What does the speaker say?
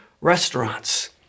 restaurants